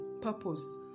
Purpose